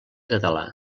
català